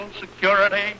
security